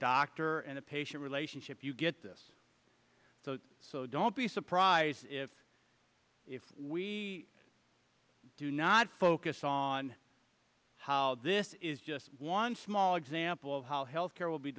doctor and a patient relationship you get this so don't be surprised if we do not focus on how this is just one small example of how health care will be